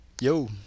Yo